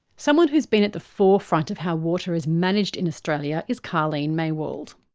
someone who has been at the forefront of how water is managed in australia is karlene maywald.